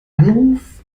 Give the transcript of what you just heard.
anruf